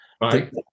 right